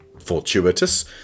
fortuitous